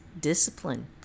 discipline